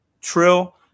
Trill